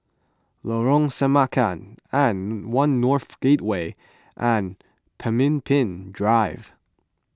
Lorong Semangka and one North Gateway and Pemimpin Drive